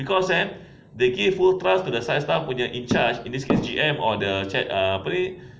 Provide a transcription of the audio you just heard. because eh they give full trust to the side staff punya in-charge in this case G_M or the apa ni